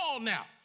now